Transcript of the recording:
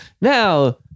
Now